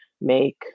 make